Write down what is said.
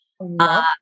Love